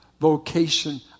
vocation